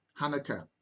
Hanukkah